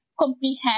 comprehend